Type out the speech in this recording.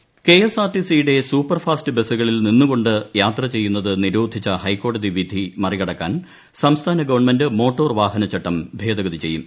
Saseendran K S R T C യുടെ super fast ബസ്സുകളിൽ നിന്നുകൊണ്ട് യാത്ര ചെയ്യുന്നത് നിരോധിച്ച ഹൈക്കോടതി വിധി മറികടക്കാൻ സംസ്ഥാന ഗവൺമെന്റ് മോട്ടോർ വാഹന ചട്ടം ഭേദഗതി ചെയ്യും